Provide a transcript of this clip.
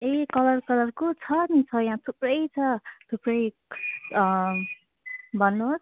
ए colour कलरको छ नि छ यहाँ थुप्रै छ थुप्रै भन्नुहोस्